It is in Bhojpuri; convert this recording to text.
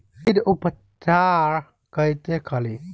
बीज उपचार कईसे करी?